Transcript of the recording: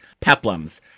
peplums